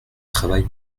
travail